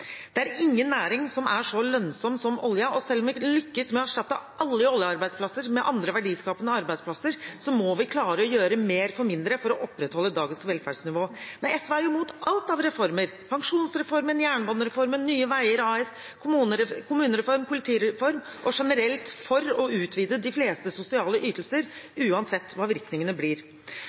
Det er ingen næring som er så lønnsom som oljenæringen, og selv om vi lykkes med å erstatte alle oljearbeidsplasser med andre verdiskapende arbeidsplasser, må vi klare å gjøre mer for mindre for å opprettholde dagens velferdsnivå. SV er imidlertid imot alt av reformer, som pensjonsreform, jernbanereform, Nye veier AS, kommunereform og politireform, og generelt for å utvide de fleste sosiale ytelser uansett hva virkningene blir.